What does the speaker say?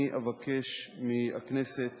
אני אבקש מהכנסת